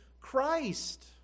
Christ